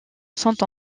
sont